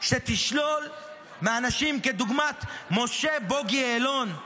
שתשלול מאנשים כדוגמת משה בוגי יעלון,